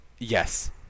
Yes